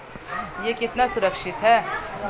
यह कितना सुरक्षित है?